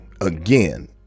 again